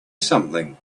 something